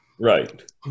Right